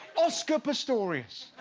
oscar pistorius.